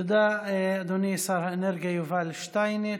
תודה, אדוני שר האנרגיה יובל שטייניץ.